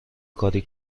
کاری